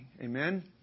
Amen